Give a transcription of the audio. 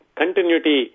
continuity